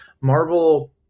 Marvel